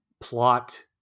plot